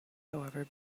however